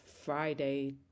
Friday